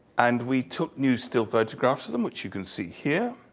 and we took new still photographs of them, which you can see here.